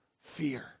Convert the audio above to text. fear